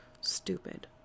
Stupid